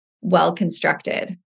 well-constructed